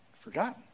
forgotten